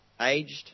aged